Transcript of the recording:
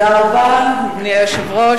אדוני היושב-ראש,